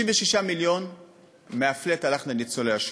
66 מיליון מה-flat הלכו לניצולי השואה.